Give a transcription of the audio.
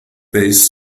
based